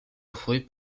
trouvaient